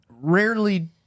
rarely